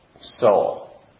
soul